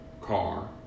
car